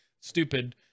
stupid